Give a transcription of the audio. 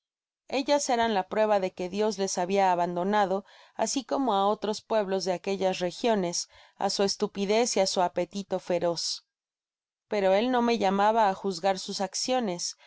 ellas eran la prueba de que dios les babia abandonado asi como á otros pueblos de aquellas regiones á su estupidez y á su apetito feroz pero él no me llamaba á juzgar sus acciones